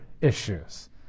issues